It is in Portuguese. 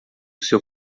seu